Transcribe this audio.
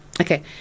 Okay